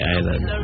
Island